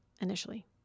initially